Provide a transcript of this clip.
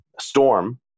storm